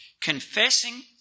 Confessing